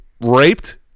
raped